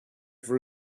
for